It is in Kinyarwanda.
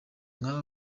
nk’aba